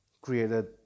created